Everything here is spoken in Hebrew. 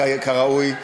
כראוי,